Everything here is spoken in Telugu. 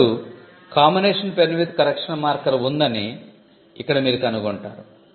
ఇప్పుడు 'combination pen with correction marker' ఉందని ఇక్కడ మీరు కనుగొంటారు